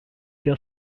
der